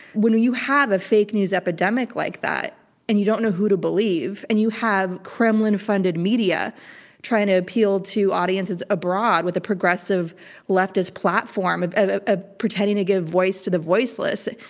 when you have the fake news epidemic like that and you don't know who to believe, and you have kremlin funded media trying to appeal to audiences abroad with a progressive leftist platform ah pretending to give voice to the voiceless,